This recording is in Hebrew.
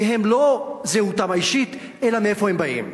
מי הם, לא זהותם האישית אלא מאיפה הם באים.